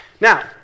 Now